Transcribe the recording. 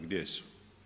Gdje su?